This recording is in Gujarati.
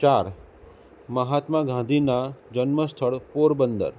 ચાર મહાત્મા ગાંધીનાં જન્મસ્થળ પોરબંદર